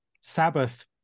sabbath